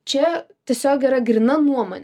čia tiesiog yra gryna nuomonė